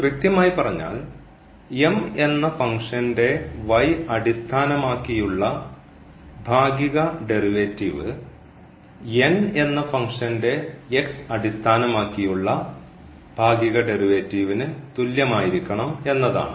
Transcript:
കൃത്യമായി പറഞ്ഞാൽ എന്ന ഫംഗ്ഷൻറെ അടിസ്ഥാനമാക്കിയുള്ള ഭാഗിക ഡെറിവേറ്റീവ് എന്ന ഫംഗ്ഷൻറെ അടിസ്ഥാനമാക്കിയുള്ള ഭാഗിക ഡെറിവേറ്റീവിന് തുല്യമായിരിക്കണം എന്നതാണ്